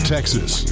Texas